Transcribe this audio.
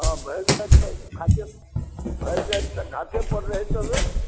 हॅं भरि राति तऽ घाटे भरि राति तऽ घाटे पर रहैत हेबै